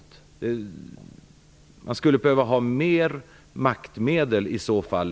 Man skulle lokalt behöva ha fler maktmedel.